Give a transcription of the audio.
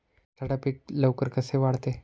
बटाटा पीक लवकर कसे वाढते?